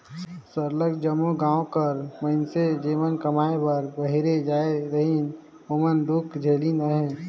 सरलग जम्मो गाँव कर मइनसे जेमन कमाए बर बाहिरे जाए रहिन ओमन दुख झेलिन अहें